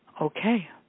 okay